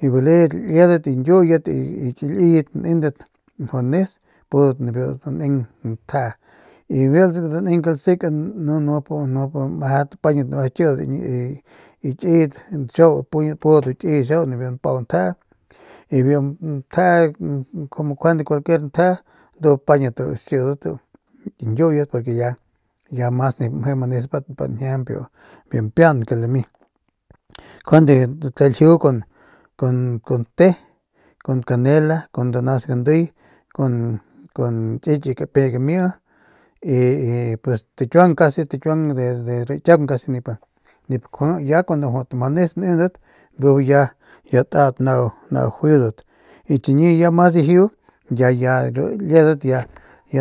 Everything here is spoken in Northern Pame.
Y baledat liedat y ñkjiuyet y ki liyet nendat mjau nes pudat nibiu daneng njee y nibiu daneng ke lasekan ni nup pañat meset kidat y kiyet xiau pudat ru kiyat biu mpau njee y biu njee njuande cuaquier njee ndu pañat ru ki xikidat ki ñkiuyet pa que ya mas nip mje manesbat que njajañp biu mpiaan que lami njuande taljiu kun kun te kun kanela kun danas gandiy kuk kun kiy ki kapiey gamii y stakiuagn casi casi de de rañkiuang casi nip kjui ya cuando jut manes nendat ntuns bijiy ki ya tat nau juiudat y chiñi ya mas dijiu ya ya rudat liedat ya